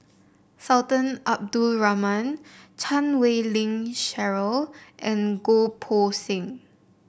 Sultan Abdul Rahman Chan Wei Ling Cheryl and Goh Poh Seng